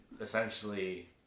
essentially